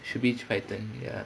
should be python ya